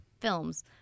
films